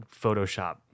Photoshop